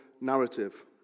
narrative